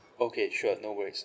okay sure no worries